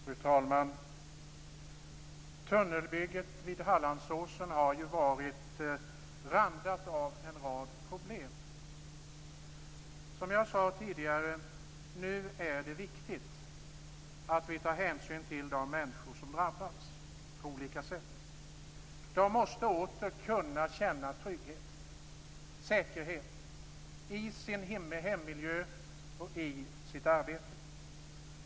Fru talman! Tunnelbygget vid Hallandsåsen har ju varit randat av en rad problem. Som jag har sagt tidigare är det nu viktigt att vi tar hänsyn till de människor som drabbats på olika sätt. De måste åter kunna känna trygghet och säkerhet i sin hemmiljö och i sitt arbete.